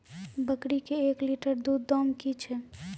बकरी के एक लिटर दूध दाम कि छ?